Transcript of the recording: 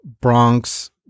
Bronx